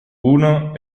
uno